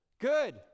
good